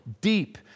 deep